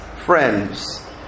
Friends